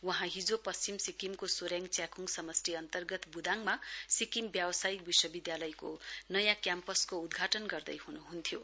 वहाँ हिजो पश्चिम सिक्किमको सोर्याङ च्याखुङ समष्टि अन्तर्गत बुदाङमा सिक्किम व्यावसायिक विश्व विद्यालयको नयाँ क्याम्पसको उद्घाटन गर्दै हुनुहुन्थ्यो